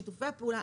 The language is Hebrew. שיתופי הפעולה,